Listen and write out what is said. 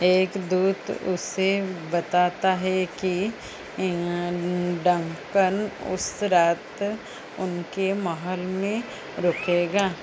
एक दूत उसे बताता है कि डंकन उस रात उनके महल में रुकेगा